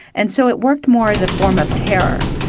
and so it worked more as a form of terror.